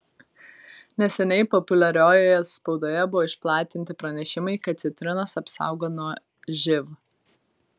neseniai populiariojoje spaudoje buvo išplatinti pranešimai kad citrinos apsaugo nuo živ